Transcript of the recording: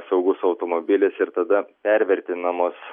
saugus automobilis ir tada pervertinamos